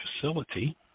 facility